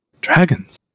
Dragons